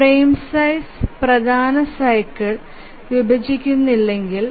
frame size പ്രധാന cycle വിഭജിക്കുന്നില്ലെങ്കിൽ